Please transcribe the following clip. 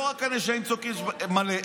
לא רק שהנאשמים צועקים 'אש' בתיאטרון מלא,